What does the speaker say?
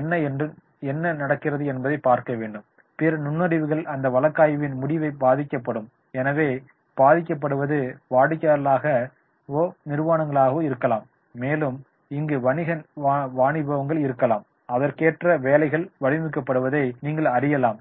என்ன என்ன நடக்கிறது என்பதைக் பார்க்க வேண்டும் பிற நுண்ணறிவுகள் அந்த வழக்காய்வின் முடிவை பாதிக்கக்கூடும் எனவே பாதிக்கப்படுவது வாடிக்கையாளர்களாக வோ நிர்வனங்களாகவோ இருக்கலாம் மேலும் இங்கு வணிக வாணிபவங்கள் இருக்கலாம் அதற்கேற்ற வேலைகள் வடிவமைக்கப்படுவதை நீங்கள் அறியலாம்